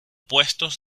puestos